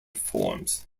forms